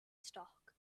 stock